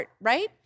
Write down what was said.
right